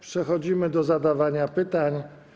Przechodzimy do zadawania pytań.